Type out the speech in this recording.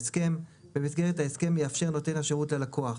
ההסכם); במסגרת ההסכם יאפשר נותן השירות ללקוח,